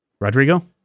Rodrigo